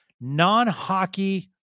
Non-hockey